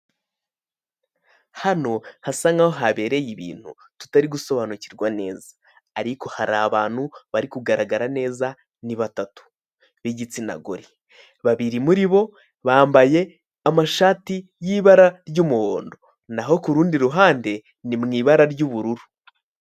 Hano hasa nkaho habereye ibintu tutari gusobanukirwa neza, ariko hari abantu bari kugaragara neza ni batatu b'igitsina gore babiri muri bo bambaye amashati y'ibaraa ry'umuhondo naho ku rundi ruhande ni mu ibara ry'ubururu.